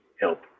help